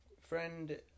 friend